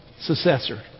Successor